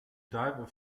diver